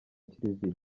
kiliziya